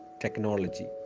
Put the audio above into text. technology